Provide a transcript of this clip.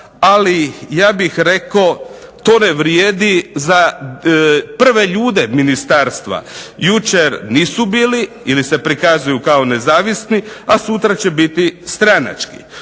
Ali ja bih rekao to ne vrijedi za prve ljude ministarstva. Jučer nisu bili ili se prikazuju kao nezavisni a sutra će biti stranački.